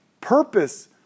Purpose